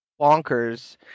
bonkers